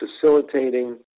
facilitating